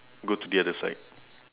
go to the other side